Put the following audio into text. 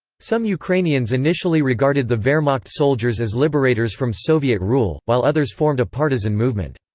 some ukrainians initially regarded the wehrmacht soldiers as liberators from soviet rule, while others formed a partisan movement.